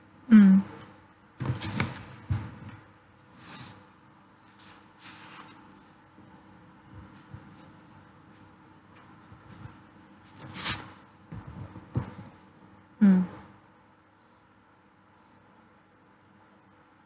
mm mm